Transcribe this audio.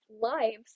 lives